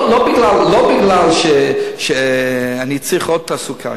לא מפני שאני צריך עוד תעסוקה,